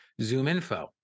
ZoomInfo